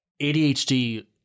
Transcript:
ADHD